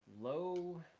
Low